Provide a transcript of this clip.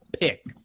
pick